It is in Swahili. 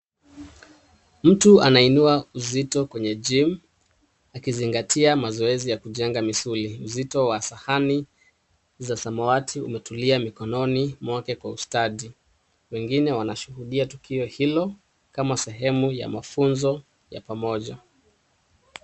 Mtu anainua uzito kwenye gym akizingatia mazoezi ya kujenga misuli. Uzito wa sahani za samawati umetulia mikononi mwake kwa ustadi. Wengine wanashuhudia tukio hilo kama sehemu ya mafunzo ya pamoja.